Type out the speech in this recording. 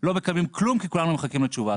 לא מקבלים כלום כי כולנו מחכים לתשובה הזאת.